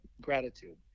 gratitude